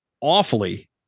awfully